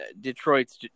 Detroit's